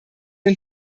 den